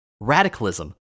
radicalism